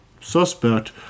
suspect